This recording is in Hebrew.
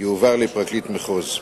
יועבר לפרקליט מחוז.